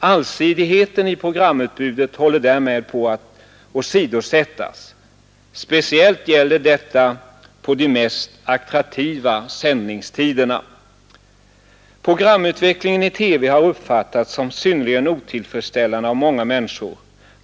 Allsidigheten i programutbudet håller därmed på att åsidosättas. Speciellt gäller detta på de mest attraktiva sändningstiderna. Programutvecklingen i TV har uppfattats som synnerligen otillfredsställande av många människor.